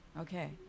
Okay